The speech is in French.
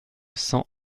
cents